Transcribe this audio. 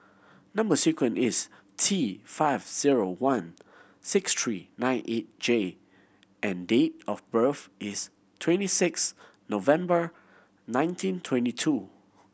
number sequence is T five zero one six three nine eight J and date of birth is twenty six November nineteen twenty two